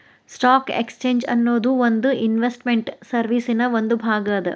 stock exchange ಅನ್ನೊದು ಒಂದ್ investment ಸರ್ವೇಸಿನ್ ಒಂದ್ ಭಾಗ ಅದ